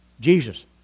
Jesus